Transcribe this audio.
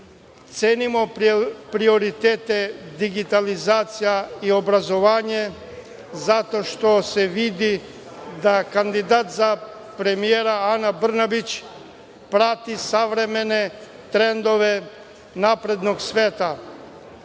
prioritete digitalizacije i obrazovanja, zato što se vidi da kandidat za premijera Ana Brnabić, prati savremene trendove naprednog sveta.